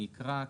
אני אקרא.